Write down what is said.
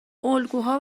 الگوها